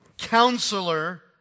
counselor